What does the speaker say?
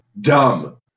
Dumb